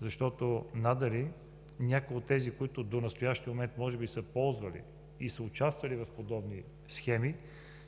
Защото надали някои от тези, които до настоящия момент може би са ползвали и са участвали в подобни схеми,